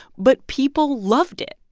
but people loved it.